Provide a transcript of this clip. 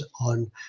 on